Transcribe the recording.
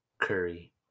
Curry